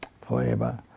forever